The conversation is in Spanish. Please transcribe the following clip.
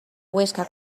huesca